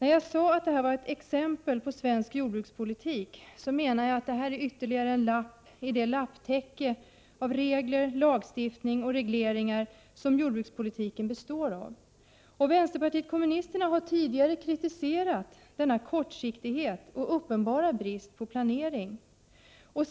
Jag sade att detta är ett exempel på svensk jordbrukspolitik, och jag menade att detta är ytterligare en lapp i det lapptäcke av regler, lagstiftning och regleringar som jordbrukspolitiken består av. Vänsterpartiet kommunisterna har tidigare kritiserat denna kortsiktighet och uppenbara brist på planering.